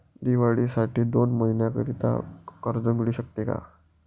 दिवाळीसाठी दोन महिन्याकरिता कर्ज मिळू शकते का?